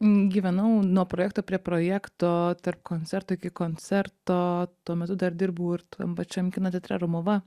gyvenau nuo projekto prie projekto tarp koncertų iki koncerto tuo metu dar dirbau ir tam pačiam kino teatre romuva